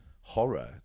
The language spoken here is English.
horror